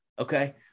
Okay